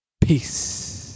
Peace